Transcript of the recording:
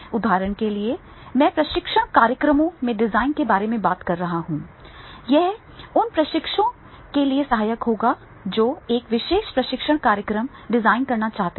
उदाहरण के लिए मैं प्रशिक्षण कार्यक्रमों के डिजाइन के बारे में बात कर रहा हूं यह उन प्रशिक्षकों के लिए सहायक होगा जो एक विशेष प्रशिक्षण कार्यक्रम डिजाइन करना चाहते हैं